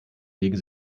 legen